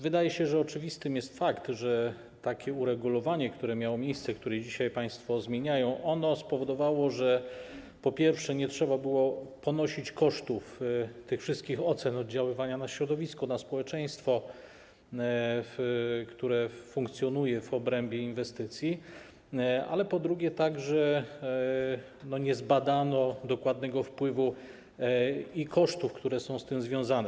Wydaje się, że oczywisty jest fakt, że takie uregulowanie, które miało miejsce, które dzisiaj państwo zmieniają, spowodowało, że po pierwsze, nie trzeba było podnosić kosztów tych wszystkich ocen oddziaływania na środowisko na społeczeństwo, które funkcjonuje w obrębie inwestycji, a po drugie, nie zbadano także dokładnego wpływu i kosztów, które są z tym związane.